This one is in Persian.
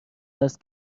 است